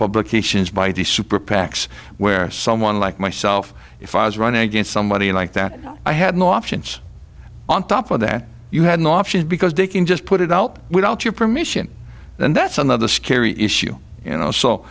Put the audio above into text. publications by the super pacs where someone like myself if i was running against somebody like that i had no options on top of that you had no option because they can just put it up without your permission and that's another scary issue you know so